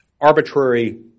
arbitrary